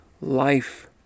life